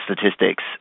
statistics